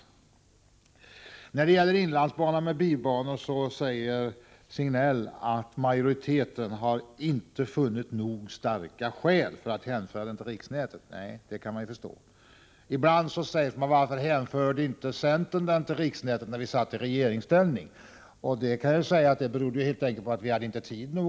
Signell säger i fråga om inlandsbanan med bibanor att majoriteten har inte funnit nog starka skäl för att hänföra den till riksnätet. Nej, det kan man ju förstå. Ibland ställs frågan: Varför hänförde inte centern inlandsbanan till riksnätet, när centern var i regeringsställning? Ja, det berodde helt enkelt på att vi inte hade tid nog.